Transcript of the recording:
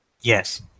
Yes